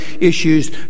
issues